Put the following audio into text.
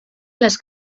las